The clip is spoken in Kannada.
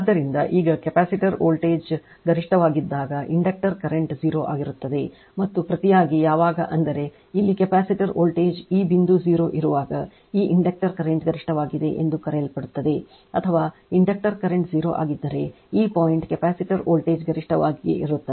ಆದ್ದರಿಂದ ಈಗ ಕೆಪಾಸಿಟರ್ ವೋಲ್ಟೇಜ್ ಗರಿಷ್ಠವಾಗಿದ್ದಾಗ ಇಂಡಕ್ಟರ್ ಕರೆಂಟ್ 0 ಆಗಿರುತ್ತದೆ ಮತ್ತು ಪ್ರತಿಯಾಗಿ ಯಾವಾಗ ಅಂದರೆ ಇಲ್ಲಿ ಕೆಪಾಸಿಟರ್ ವೋಲ್ಟೇಜ್ ಈ ಬಿಂದು 0 ಇರುವಾಗ ಈ ಇಂಡಕ್ಟರ್ ಕರೆಂಟ್ ಗರಿಷ್ಠವಾಗಿದೆ ಎಂದು ಕರೆಯಲ್ಪಡುತ್ತದೆ ಅಥವಾ ಇಂಡಕ್ಟರ್ ಕರೆಂಟ್ 0 ಆಗಿದ್ದರೆ ಈ ಪಾಯಿಂಟ್ ಕೆಪಾಸಿಟರ್ ವೋಲ್ಟೇಜ್ ಗರಿಷ್ಠ ವಾಗಿ ವಾಗಿರುತ್ತದೆ